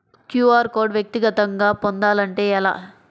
QR code వ్యక్తిగతంగా పొందాలంటే ఎలా?